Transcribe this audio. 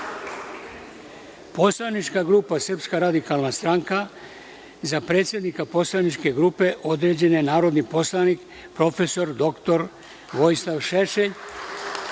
Poslanička grupa Srpska radikalna stranka – za predsednika poslaničke grupe određen je narodni poslanik prof. dr Vojislav Šešelj,